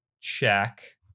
check